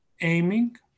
aiming